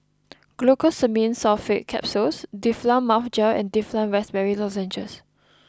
Glucosamine Sulfate Capsules Difflam Mouth Gel and Difflam Raspberry Lozenges